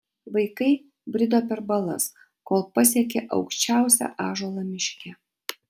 vaikai brido per balas kol pasiekė aukščiausią ąžuolą miške